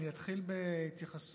אני אתחיל בהתייחסות,